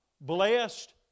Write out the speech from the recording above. blessed